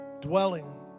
dwelling